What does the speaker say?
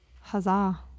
huzzah